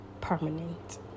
permanent